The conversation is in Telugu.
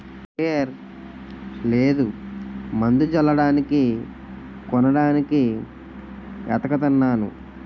స్పెయర్ లేదు మందు జల్లడానికి కొనడానికి ఏతకతన్నాను